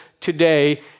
today